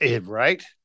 right